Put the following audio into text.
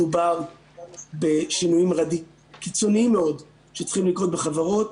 מדובר בשינויים קיצוניים מאוד שצריכים לקרות בחברות.